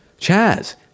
Chaz